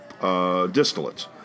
distillates